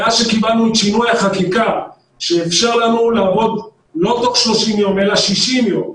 מאז שקיבלנו את שינוי החקיקה שאפשר לנו לעבוד לא תוך 30 יום אלא 60 יום,